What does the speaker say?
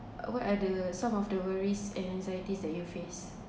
what are the some of the worries and anxieties that you face